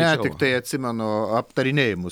ne tiktai atsimenu aptarinėjimus